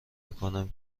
میکنم